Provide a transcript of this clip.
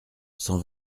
cent